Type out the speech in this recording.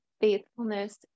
faithfulness